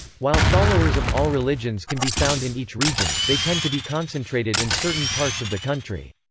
while followers of all religions can be found in each region, they tend to be concentrated in certain parts of the country.